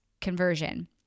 conversion